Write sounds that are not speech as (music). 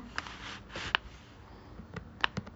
(noise)